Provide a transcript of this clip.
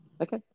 Okay